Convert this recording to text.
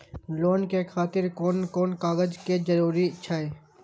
Loan के खातिर कोन कोन कागज के जरूरी छै?